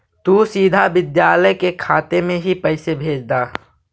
तु सीधा विद्यालय के खाते में ही पैसे भेज द